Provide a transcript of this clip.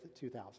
2000